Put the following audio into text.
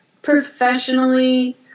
professionally